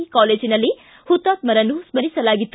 E ಕಾಲೇಜಿನಲ್ಲಿ ಹುತಾತ್ಮರನ್ನು ಸ್ಕರಿಸಲಾಗಿತ್ತು